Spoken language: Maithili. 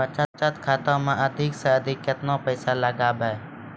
बचत खाता मे अधिक से अधिक केतना पैसा लगाय ब?